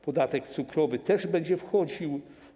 Podatek cukrowy też będzie wchodził.